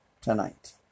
tonight